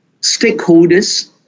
stakeholders